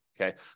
Okay